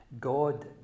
God